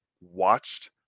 watched